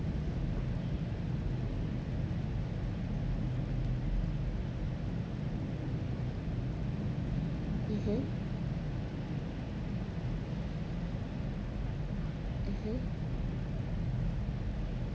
mmhmm mmhmm